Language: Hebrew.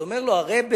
אומר לו הרעבע: